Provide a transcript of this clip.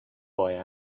boy